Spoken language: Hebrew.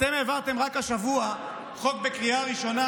אתם העברתם רק השבוע חוק בקריאה ראשונה,